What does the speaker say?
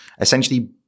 Essentially